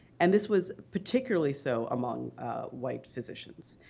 and this was particularly so among white physicians.